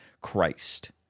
Christ